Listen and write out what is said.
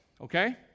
Okay